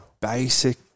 basic